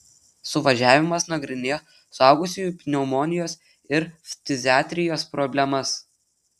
suvažiavimas nagrinėjo suaugusiųjų pneumonijos ir ftiziatrijos problemas